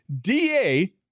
DA